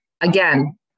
again